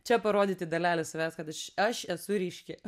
čia parodyti dalelę savęs kad aš aš esu ryški